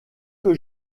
que